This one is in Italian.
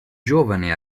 giovane